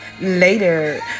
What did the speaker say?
later